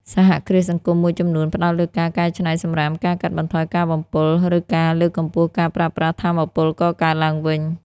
សហគ្រាសសង្គមមួយចំនួនផ្តោតលើការកែច្នៃសំរាម ការកាត់បន្ថយការបំពុល ឬការលើកកម្ពស់ការប្រើប្រាស់ថាមពលកកើតឡើងវិញ។